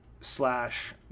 slash